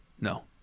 No